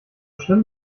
schlimm